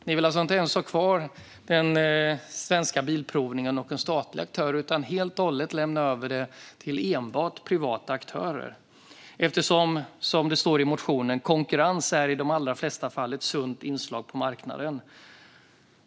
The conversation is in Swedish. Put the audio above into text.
Ni vill inte ens ha kvar svenska Bilprovningen, en statlig aktör, utan helt och hållet lämna över provningen till enbart privata aktörer, eftersom konkurrens enligt motionen i de allra flesta fall är ett sunt inslag på marknaden.